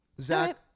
Zach